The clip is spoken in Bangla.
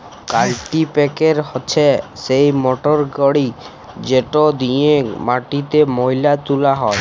কাল্টিপ্যাকের হছে সেই মটরগড়ি যেট দিঁয়ে মাটিতে ময়লা তুলা হ্যয়